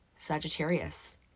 Sagittarius